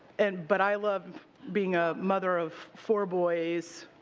and but i love being a mother of four boys,